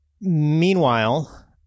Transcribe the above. meanwhile